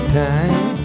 time